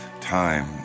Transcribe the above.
time